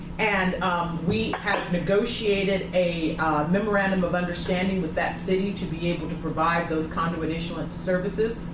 and we have negotiated a memorandum of understanding with that city to be able to provide those conduit issuance services.